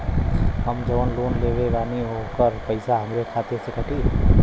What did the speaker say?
हम जवन लोन लेले बानी होकर पैसा हमरे खाते से कटी?